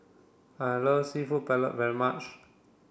I love Seafood Paella very much